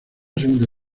segunda